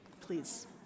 Please